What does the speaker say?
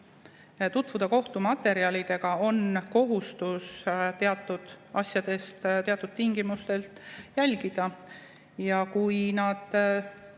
tutvuda kohtumaterjalidega, on kohustus teatud asju teatud tingimustel jälgida. Kui nad